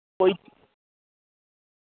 कोई